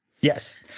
Yes